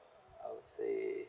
I would say